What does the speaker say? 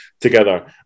together